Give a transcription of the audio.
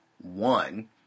one